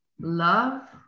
love